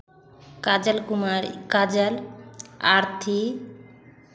Kajal Kumari Kajal Aarti